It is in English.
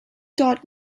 taught